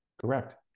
Correct